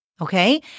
okay